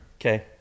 Okay